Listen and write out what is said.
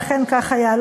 ואכן כך היה,